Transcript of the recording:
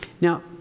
Now